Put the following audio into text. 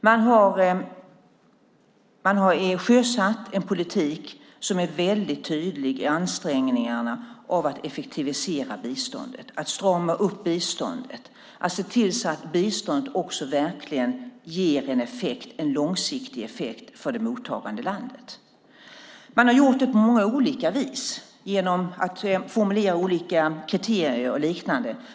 Man har sjösatt en politik som är väldigt tydlig i ansträngningarna att effektivisera biståndet, strama upp biståndet och se till att biståndet verkligen ger en långsiktig effekt för det mottagande landet. Man har gjort det på många olika vis, genom att formulera olika kriterier och liknande.